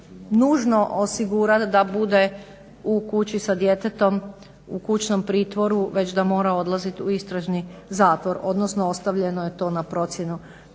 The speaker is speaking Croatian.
nužno osigurati da bude u kući sa djetetom u kućnom pritvoru već da mora odlaziti u istražni zatvor, odnosno ostavljeno je to na procjenu